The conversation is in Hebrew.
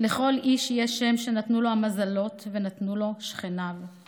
לכל איש יש שם / שנתנו לו המזלות / ונתנו לו שכניו //